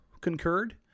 concurred